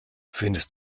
findest